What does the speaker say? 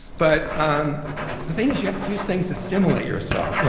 but um the thing is you have to do things to stimulate yourself, yeah